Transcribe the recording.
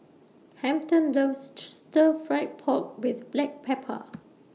Hampton loves Stir Fry Pork with Black Pepper